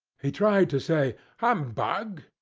he tried to say humbug!